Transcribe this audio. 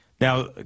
Now